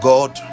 God